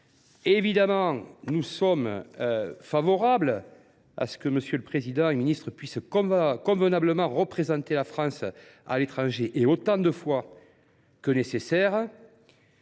Évidemment, nous sommes favorables à ce que le Président de la République puisse convenablement représenter la France à l’étranger, autant de fois que cela